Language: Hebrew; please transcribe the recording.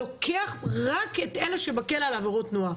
הוא לוקח רק את אלה שבכלא על עבירות תנועה.